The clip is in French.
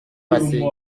passé